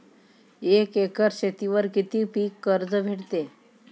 एक एकर शेतीवर किती पीक कर्ज भेटते?